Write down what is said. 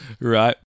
right